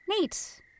Neat